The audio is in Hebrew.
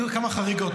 תראו כמה חריגות,